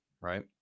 right